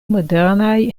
modernaj